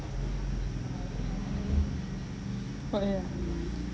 oh ya